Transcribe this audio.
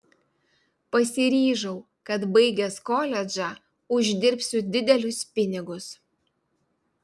pasiryžau kad baigęs koledžą uždirbsiu didelius pinigus